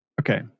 Okay